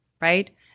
right